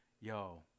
yo